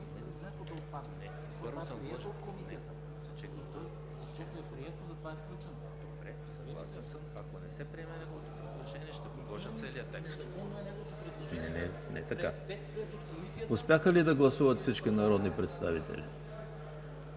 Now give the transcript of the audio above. Успяха ли да гласуват всички народни представители?